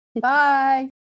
Bye